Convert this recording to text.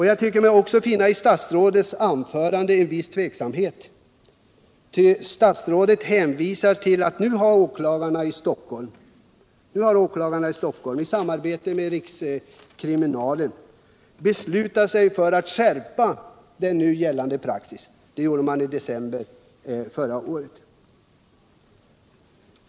Jag tycker mig i statsrådets svar finna en viss tveksamhet. Statsrådet hänvisar till att åklagarna i Stockholm nu i samarbete med rikskriminalen beslutat sig för att skärpa sin praxis. Det gjorde man i december förra året.